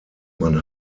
man